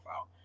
out